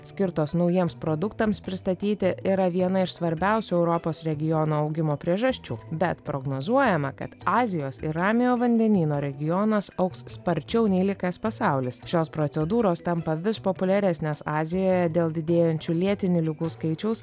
skirtos naujiems produktams pristatyti yra viena iš svarbiausių europos regiono augimo priežasčių bet prognozuojama kad azijos ir ramiojo vandenyno regionas augs sparčiau nei likęs pasaulis šios procedūros tampa vis populiaresnės azijoje dėl didėjančių lėtinių ligų skaičiaus